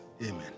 Amen